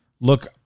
look